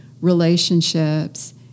relationships